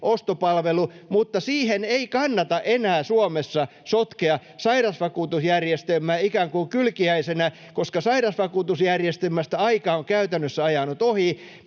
ostopalvelu, mutta siihen ei kannata enää Suomessa sotkea sairausvakuutusjärjestelmää ikään kuin kylkiäisenä, koska sairausvakuutusjärjestelmästä aika on käytännössä ajanut ohi.